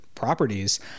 properties